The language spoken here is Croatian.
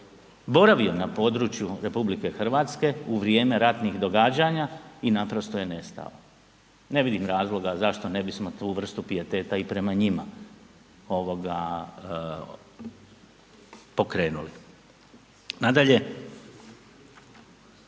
boravio na području RH u vrijeme ratnih događanja i naprosto je nestao. Ne vidim razloga zašto ne bismo tu vrstu pijeteta i prema njima pokrenuli. Nadalje,